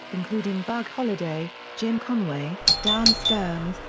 including bug holliday, jim conway, dan stearns,